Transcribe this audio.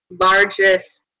largest